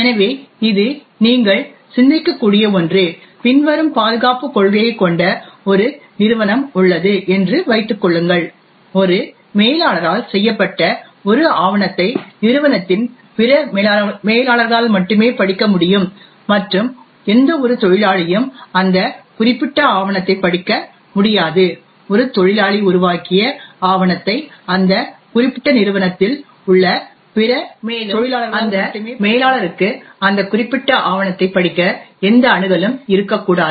எனவே இது நீங்கள் சிந்திக்கக்கூடிய ஒன்று பின்வரும் பாதுகாப்புக் கொள்கையைக் கொண்ட ஒரு நிறுவனம் உள்ளது என்று வைத்துக் கொள்ளுங்கள் ஒரு மேலாளரால் செய்யப்பட்ட ஒரு ஆவணத்தை நிறுவனத்தின் பிற மேலாளர்களால் மட்டுமே படிக்க முடியும் மற்றும் எந்தவொரு தொழிலாளியும் அந்த குறிப்பிட்ட ஆவணத்தைப் படிக்க முடியாது ஒரு தொழிலாளி உருவாக்கிய ஆவணத்தை அந்த குறிப்பிட்ட நிறுவனத்தில் உள்ள பிற தொழிலாளர்களால் மட்டுமே படிக்க முடியும் மேலும் அந்த மேலாளருக்கு அந்த குறிப்பிட்ட ஆவணத்தைப் படிக்க எந்த அணுகலும் இருக்கக்கூடாது